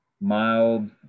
mild